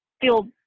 feel